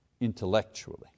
intellectually